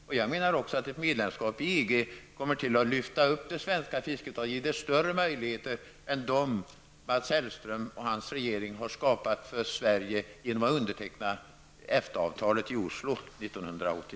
Ett medlemskap i EG kommer dessutom enligt min mening att lyfta upp det svenska fisket och ge det större möjligheter än dem Mats Hellström och hans regering har skapat för Sverige genom att underteckna EFTA-avtalet i